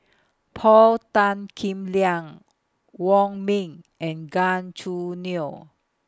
Paul Tan Kim Liang Wong Ming and Gan Choo Neo